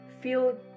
feel